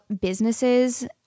businesses